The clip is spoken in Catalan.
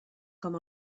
com